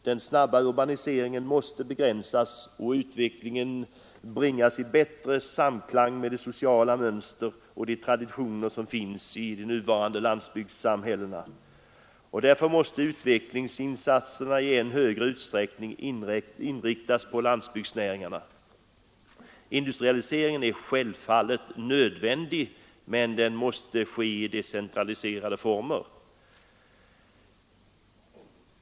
Den snabba urbaniseringen måste begränsas och utvecklingen bringas i bättre samklang med de sociala mönster och de traditioner som finns i de nuvarande landsbygdssamhällena. Därför måste utvecklingsinsatserna i än högre utsträckning inriktas på landsbygdsnäringarna. Industrialiseringen är självfallet nödvändig, men den måste ske i decentraliserade former.